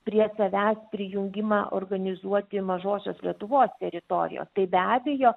prie savęs prijungimą organizuoti mažosios lietuvos teritorijos tai be abejo